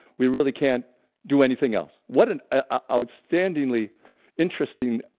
we really can't do anything else. what an outstandingly interesting